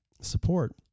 support